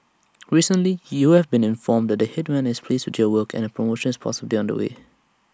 recently you've been informed that the Headman is pleased with your work and A promotion is possibly on the way